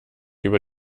über